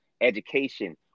education